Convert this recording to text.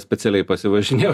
specialiai pasivažinėjau